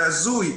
זה הזוי,